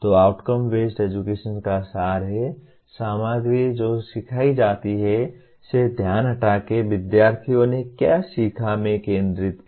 तो outcome based education का सार है सामग्री जो सिखाई जाती है से ध्यान हटाके विद्यार्थियों ने क्या सीखा में केन्द्रित है